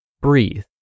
Breathe